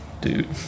Dude